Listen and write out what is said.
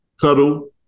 cuddle